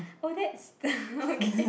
oh that's okay